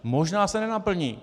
Možná se nenaplní.